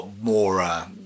more –